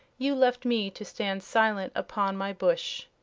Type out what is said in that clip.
you left me to stand silent upon my bush.